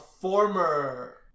former